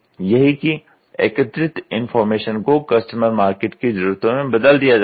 यही कि एकत्रित इनफॉर्मेशन को कस्टमर मार्केट की जरूरतों में बदल दिया जाता है